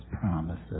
promises